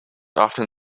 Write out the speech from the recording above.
often